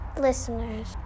listeners